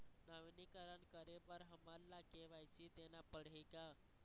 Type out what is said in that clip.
नवीनीकरण करे बर हमन ला के.वाई.सी देना पड़ही का?